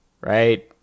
Right